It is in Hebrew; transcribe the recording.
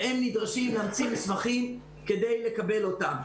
שהם נדרשים להמציא מסמכים כדי לקבל אותם.